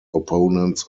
opponents